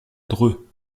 dreux